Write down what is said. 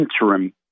interim